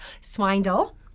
Swindle